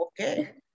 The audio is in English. okay